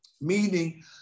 Meaning